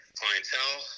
clientele